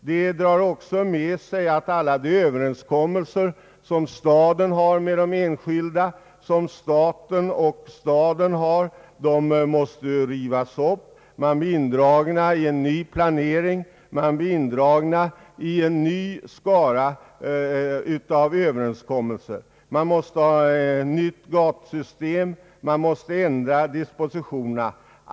Det drar också med sig att alla de överenskommelser som staden har med enskilda och som staten och staden har måste rivas upp. Man blir indragen i en ny planering och man blir indragen i en ny skara av överenskommelser. Man måste ha ett nytt gatusystem och man måste ändra dispositionerna.